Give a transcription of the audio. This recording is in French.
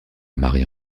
marie